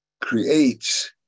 creates